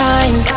Time